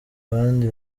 abandi